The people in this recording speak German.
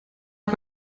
hat